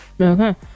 okay